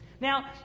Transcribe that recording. Now